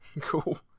Cool